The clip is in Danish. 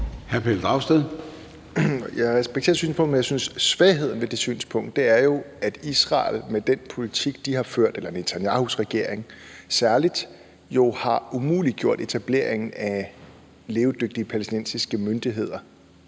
21:04 Pelle Dragsted (EL): Jeg respekterer synspunktet, men jeg synes, at svagheden ved det synspunkt er, at Israel med den politik, de har ført – Netanyahus regering – særlig har umuliggjort etablering af levedygtige palæstinensiske myndigheder